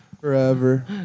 Forever